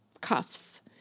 cuffs